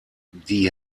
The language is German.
die